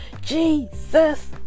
jesus